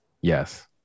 Yes